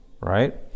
right